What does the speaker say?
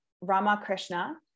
Ramakrishna